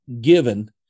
given